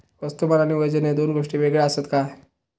वस्तुमान आणि वजन हे दोन गोष्टी वेगळे आसत काय?